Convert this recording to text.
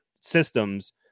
systems